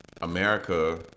America